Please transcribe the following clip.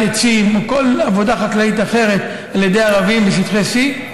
עצים או כל עבודה חקלאית אחרת על ידי ערבים בשטחי C,